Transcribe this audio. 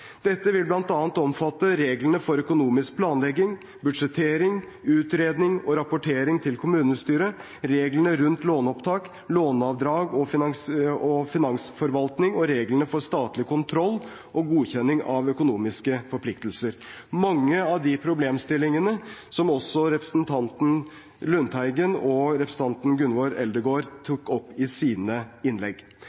Dette vil bl.a. omfatte reglene for økonomisk planlegging, budsjettering, utredning og rapportering til kommunestyret, reglene rundt låneopptak, låneavdrag og finansforvaltning og reglene for statlig kontroll og godkjenning av økonomiske forpliktelser – mange av de problemstillingene som også representanten Lundteigen og representanten Gunvor Eldegard tok opp i sine innlegg.